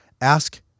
ask